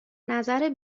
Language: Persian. نظر